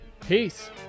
peace